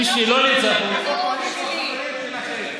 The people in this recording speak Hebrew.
מי שלא נמצא פה, אתה לא שמעת את הנאום שלי.